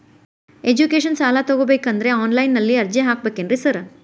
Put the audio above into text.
Education ಸಾಲ ತಗಬೇಕಂದ್ರೆ online ನಲ್ಲಿ ಅರ್ಜಿ ಹಾಕ್ಬೇಕೇನ್ರಿ ಸಾರ್?